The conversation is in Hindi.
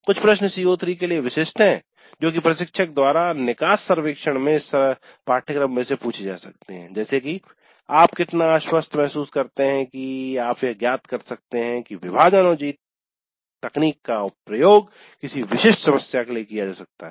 कुछ प्रश्न "CO3" के लिए विशिष्ट है जो कि प्रशिक्षक द्वारा निकास सर्वेक्षण में इस पाठ्यक्रम में से पूछे जा सकते हैं जैसे कि आप कितना आश्वस्त महसूस करते हैं कि आप यह ज्ञात कर सकते हैं कि विभाजन और जीत तकनीक का प्रयोग किसी विशिष्ट समस्या के लिए किया जा सकता है